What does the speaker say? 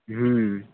हूँ